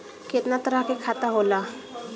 केतना तरह के खाता होला?